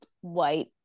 White